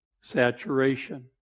saturation